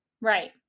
Right